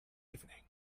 evening